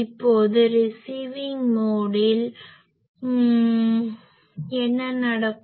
இப்போது ரிசிவிங் மோடில் Receiving mode வாங்கியின் பயன்முறையில் என்ன நடக்கும்